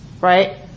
right